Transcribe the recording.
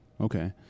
Okay